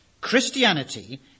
Christianity